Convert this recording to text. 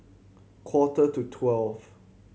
quarter to twelve